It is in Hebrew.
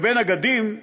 לגבי נגדים,